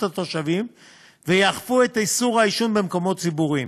התושבים ויאכפו את איסור העישון במקומות ציבוריים,